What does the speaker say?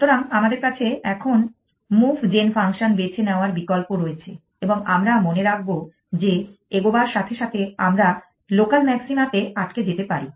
সুতরাং আমাদের কাছে এখন মুভ জেন ফাংশন বেছে নেওয়ার বিকল্প রয়েছে এবং আমরা মনে রাখব যে এগোবার সাথে সাথে আমরা লোকাল মাক্সিমাতে আটকে যেতে পারি